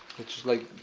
it's like